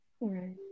Right